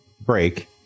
break